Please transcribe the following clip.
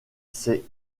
ses